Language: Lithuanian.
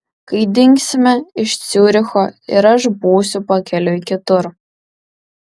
kai dingsime iš ciuricho ir aš būsiu pakeliui kitur